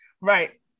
Right